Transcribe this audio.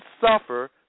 suffer